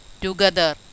together